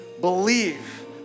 believe